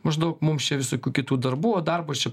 maždaug mums čia visokių kitų darbų o darbas čia